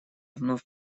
вновь